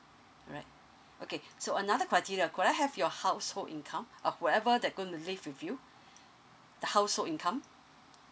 alright okay so another criteria could I have your household income uh whoever that gonna live with you the household income